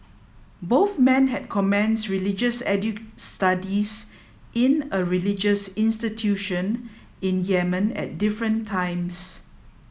both men had commenced religious studies in a religious institution in Yemen at different times